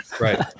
right